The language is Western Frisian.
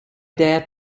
dêr